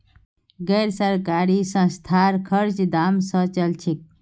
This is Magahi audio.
गैर लाभकारी संस्थार खर्च दान स चल छेक